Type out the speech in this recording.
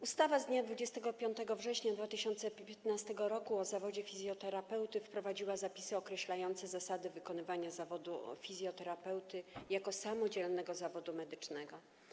Ustawa z dnia 25 września 2015 r. o zawodzie fizjoterapeuty wprowadziła zapisy określające zasady wykonywania zawodu fizjoterapeuty jako samodzielnego zawodu medycznego.